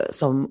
som